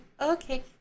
okay